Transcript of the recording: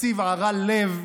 תקציב ערל לב,